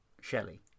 Shelley